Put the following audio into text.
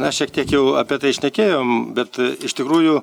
na šiek tiek jau apie tai šnekėjom bet iš tikrųjų